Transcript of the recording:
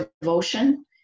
devotion